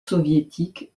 soviétique